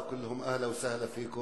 (אומר בשפה הערבית: